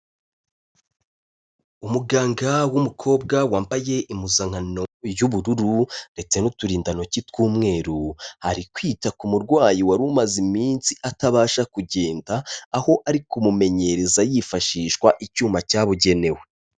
Umuganga w'umukobwa wambaye impuzankano y'ubururu ndetse n'uturindantoki tw'umweru, ari kwita ku murwayi wari umaze iminsi atabasha kugenda, aho ari kumumenyereza yifashisha icyuma cyabugenewe.